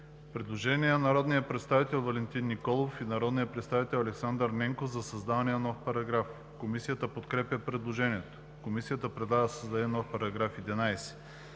Предложение на народния представител Валентин Николов и народния представител Александър Ненков за създаване на нов параграф. Комисията подкрепя предложението. Комисията предлага да се създаде нов § 11: „§ 11.